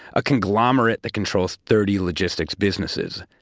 a conglomerate that controls thirty logistics businesses.